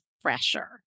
fresher